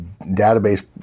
database